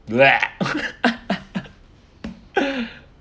blah